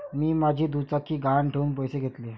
मी माझी दुचाकी गहाण ठेवून पैसे घेतले